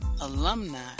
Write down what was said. alumni